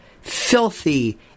filthy